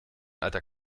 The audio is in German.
alter